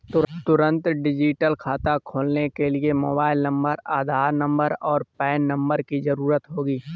तुंरत डिजिटल खाता खोलने के लिए मोबाइल नंबर, आधार नंबर, और पेन नंबर की ज़रूरत होगी